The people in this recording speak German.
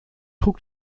trug